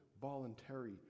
voluntary